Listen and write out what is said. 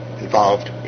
involved